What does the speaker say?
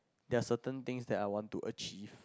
there are certain things I want to achieve